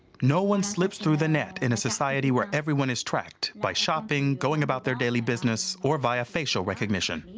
no one slips through the net in a society where everyone is tracked by shopping, going about their daily business, or via facial recognition.